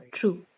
true